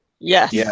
Yes